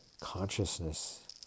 consciousness